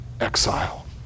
exile